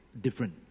different